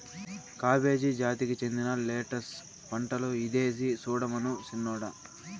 cabbage జాతికి చెందిన lettuce పంటలు ఐదేసి సూడమను సిన్నోడా